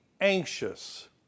anxious